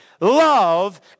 love